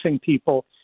people